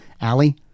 Allie